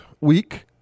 week